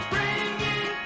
Bringing